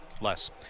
less